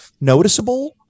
noticeable